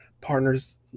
partner's